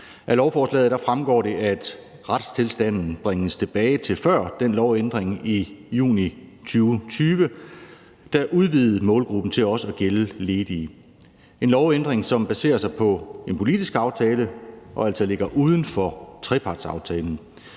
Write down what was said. Af lovforslaget fremgår det, at retstilstanden bringes tilbage til før den lovændring i juni 2020, der udvidede målgruppen til også at gælde ledige – en lovændring, der baserer sig på en politisk aftale og altså ligger uden for trepartsaftalen.